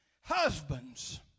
Husbands